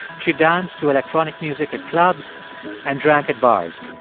she danced to electronic music at clubs and drank at bars.